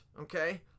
okay